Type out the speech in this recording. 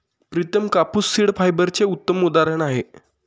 प्रितम कापूस सीड फायबरचे उत्तम उदाहरण आहे